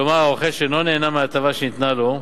כלומר, הרוכש אינו נהנה מההטבה שניתנה לו,